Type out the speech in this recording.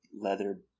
leather